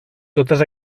totes